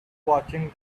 watching